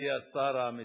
מכובדי השר, עמיתי,